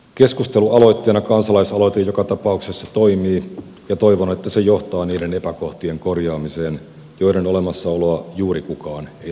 keskustelualoitteena kansalaisaloite joka tapauksessa toimii ja toivon että se johtaa niiden epäkohtien korjaamiseen joiden olemassaoloa juuri kukaan ei toivottavasti kiistä